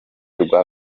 rwa